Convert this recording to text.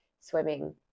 swimming